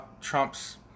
Trump's